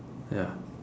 ya